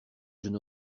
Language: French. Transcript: jeune